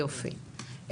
יופי.